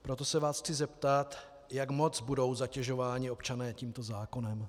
Proto se vás chci zeptat, jak moc budou zatěžováni občané tímto zákonem.